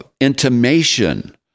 intimation